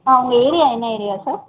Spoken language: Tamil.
ஆ உங்கள் ஏரியா என்ன ஏரியா சார்